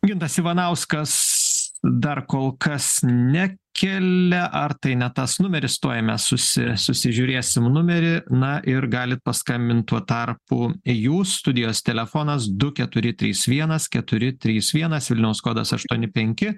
gintas ivanauskas dar kol kas nekelia ar tai ne tas numeris tuoj mes susi susižiūrėsim numerį na ir galit paskambint tuo tarpu jūs studijos telefonas du keturi trys vienas keturi trys vienas vilniaus kodas aštuoni penki